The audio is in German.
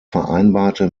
vereinbarte